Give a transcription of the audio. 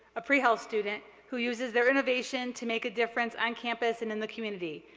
a pre-health student, who uses their innovation to make a difference on campus and in the community.